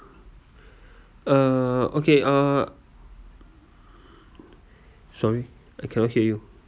uh okay uh sorry I cannot hear you